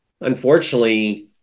unfortunately